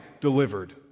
delivered